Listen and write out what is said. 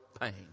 pain